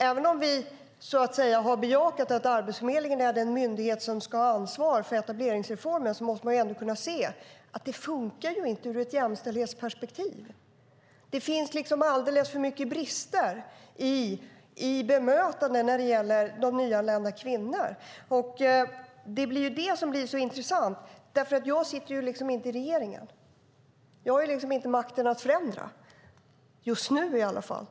Även om vi har bejakat att Arbetsförmedlingen är den myndighet som ska ha ansvar för etableringsreformen måste man kunna se att detta inte funkar ur ett jämställdhetsperspektiv. Det finns alldeles för mycket brister i bemötande när det gäller de nyanlända kvinnorna. Det är det som är så intressant. Jag sitter inte i regeringen. Jag har inte makten att förändra just nu i alla fall.